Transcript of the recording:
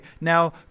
now